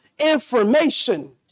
information